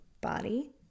body